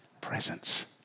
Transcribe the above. presence